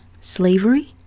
slavery